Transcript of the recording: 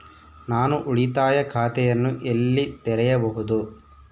ನಾನು ಉಳಿತಾಯ ಖಾತೆಯನ್ನು ಎಲ್ಲಿ ತೆರೆಯಬಹುದು?